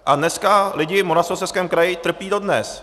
A dneska lidé v Moravskoslezském kraji trpí dodnes.